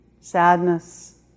sadness